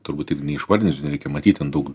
turbūt taip neišvardinsiu ten reikia matyt ten daug